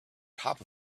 top